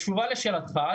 בתשובה לשאלתך,